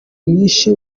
mwishi